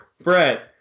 Brett